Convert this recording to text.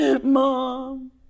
mom